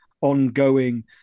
ongoing